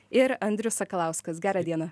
ir andrius sakalauskas gerą dieną